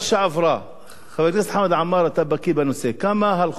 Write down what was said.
כמה הלכו לעולמם בקטל בדרכים בשנה שעברה?